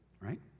right